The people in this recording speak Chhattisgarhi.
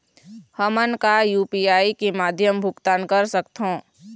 हमन का यू.पी.आई के माध्यम भुगतान कर सकथों?